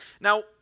Now